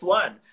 one